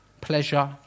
pleasure